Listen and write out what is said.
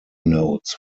notes